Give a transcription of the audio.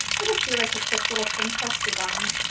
we'll just do like a quick little princess design.